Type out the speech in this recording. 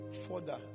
further